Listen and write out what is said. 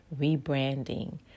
rebranding